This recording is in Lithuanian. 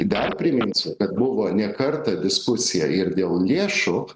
dar priminsiu kad buvo ne kartą diskusija ir dėl lėšų